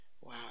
Wow